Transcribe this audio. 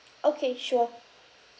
okay sure